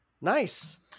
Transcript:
Nice